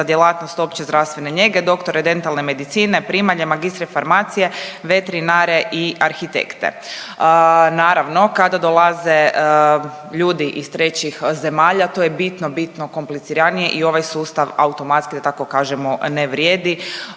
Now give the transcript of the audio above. djelatnost opće zdravstvene njege, doktore dentalne medicine, primalje, magistre farmacije, veterinare i arhitekte. Naravno kada dolaze ljudi iz trećih zemalja to je bitno, bitno kompliciranije i ovaj sustav automatski da tako kažemo ne vrijedi,